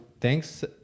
thanks